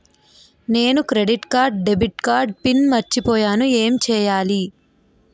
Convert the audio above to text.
నేను credit card debit card PIN మర్చిపోయేను ఎం చెయ్యాలి?